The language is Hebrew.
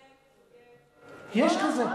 צודק, צודק.